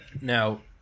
now